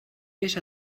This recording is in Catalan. vés